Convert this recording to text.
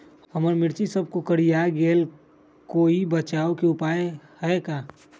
हमर मिर्ची सब कोकररिया गेल कोई बचाव के उपाय है का?